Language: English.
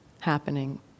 happening